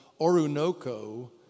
Orunoko